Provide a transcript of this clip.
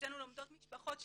אצלנו לומדות משפחות שלמות,